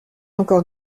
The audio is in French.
encore